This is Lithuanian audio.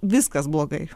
viskas blogai